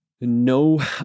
no